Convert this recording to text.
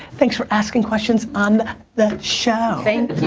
thanks for asking questions on the show. thank